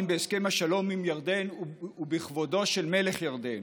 בהסכם השלום עם ירדן ובכבודו של מלך ירדן: